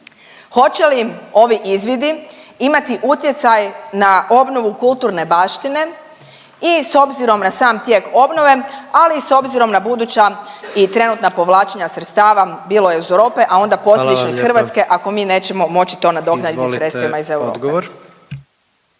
Hoće li ovi izvidi imati utjecaj na obnovu kulturne baštine i s obzirom na sam tijek obnove, ali i s obzirom na buduća i trenutna povlačenja sredstava bilo iz Europe, a onda posljedično iz Hrvatske … …/Upadica predsjednik: